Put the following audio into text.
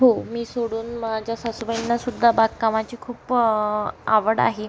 हो मी सोडून माझ्या सासूबाईंनासुद्धा बागकामाची खूप आवड आहे